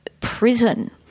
prison